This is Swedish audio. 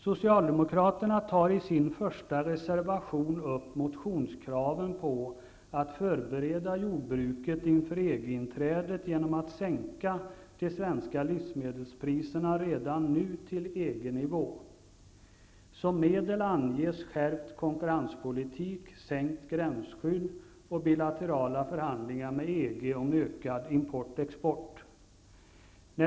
Socialdemkraterna tar i sin första reservation upp motionskraven på att förbereda jordbruket inför EG-inträdet genom att redan nu sänka de svenska livsmedelspriserna till EG-nivå. Som medel anges skärpt konkurrenspolitik, sänkt gränsskydd och bilaterala förhandlingar med EG om ökad import/export.